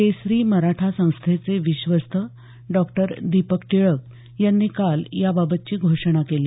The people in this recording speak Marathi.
केसरी मराठा संस्थेचे विश्वस्त डॉक्टर दीपक टिळक यांनी काल याबाबतची घोषणा केली